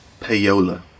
payola